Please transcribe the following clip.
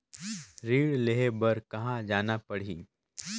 ऋण लेहे बार कहा जाना पड़ही?